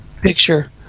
Picture